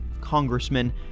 congressman